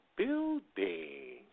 building